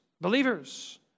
believers